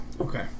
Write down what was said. Okay